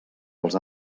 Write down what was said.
els